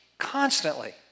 Constantly